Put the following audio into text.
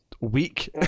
week